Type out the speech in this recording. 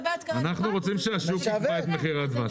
אנחנו רוצים שהשוק יקבע את מחיר הדבש.